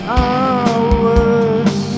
hours